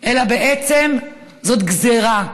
אלא בעצם זו גזרה,